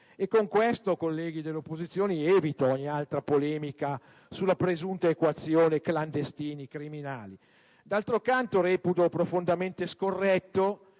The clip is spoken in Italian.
Con questo, colleghi dell'opposizione, evito ogni altra polemica sulla presunta equazione clandestini-criminali. D'altro canto reputo profondamente scorretto